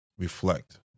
Reflect